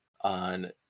on